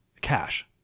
cash